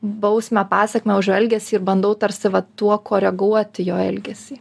bausmę pasekmę už elgesį ir bandau tarsi va tuo koreguoti jo elgesį